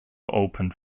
opened